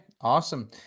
awesome